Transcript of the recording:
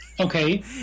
Okay